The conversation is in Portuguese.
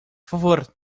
favor